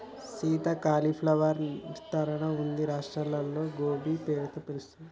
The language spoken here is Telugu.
సీత క్యాలీఫ్లవర్ ని ఉత్తరాది రాష్ట్రాల్లో గోబీ అనే పేరుతో పిలుస్తారు